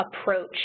approach